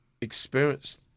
experienced